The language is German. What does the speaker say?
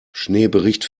schneebericht